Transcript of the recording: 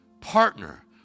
partner